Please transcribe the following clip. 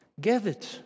Gathered